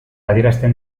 adierazten